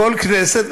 כל כנסת.